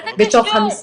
מה זה קשור?